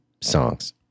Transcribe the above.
songs